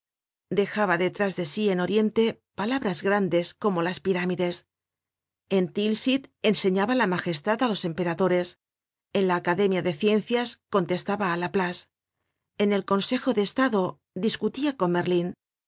dejaba detrás de sí en oriente palabras grandes como las pirámides en tilsit enseñaba la magestad á los emperadores en la academia de ciencias contestaba á laplace en el consejo de estado discutia con merlin